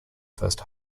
first